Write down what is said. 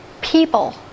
people